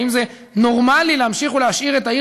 האם זה נורמלי להמשיך ולהשאיר את העיר